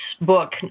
book